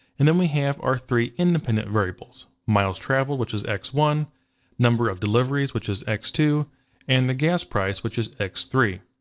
and then we have our three independent variables, miles traveled, which is x one number of deliveries, which is x two and the gas price, which is x three.